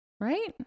Right